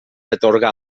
atorgar